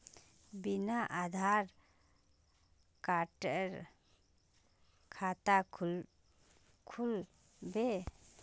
बिना आधार कार्डेर खाता खुल बे?